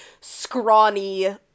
scrawny